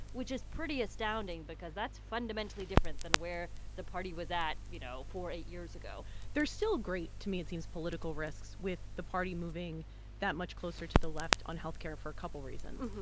which is pretty astounding because that's fundamentally different than where the party was at, you know, four, eight years ago there's still great, to me, it seems, political risks with the party moving that much closer to the left on health care for a couple of reasons.